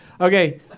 Okay